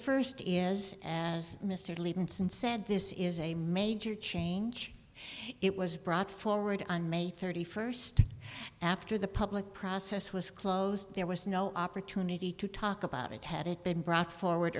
first is as mr levinson said this is a major change it was brought forward on may thirty first after the public process was closed there was no opportunity to talk about it had it been brought forward